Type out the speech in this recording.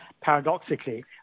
paradoxically